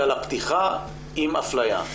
אלא לפתיחה עם אפליה.